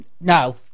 No